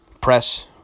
Press